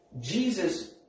Jesus